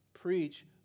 preach